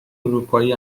اروپایی